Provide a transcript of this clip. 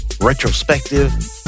retrospective